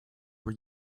were